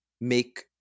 make